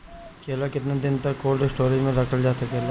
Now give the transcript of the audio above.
केला केतना दिन तक कोल्ड स्टोरेज में रखल जा सकेला?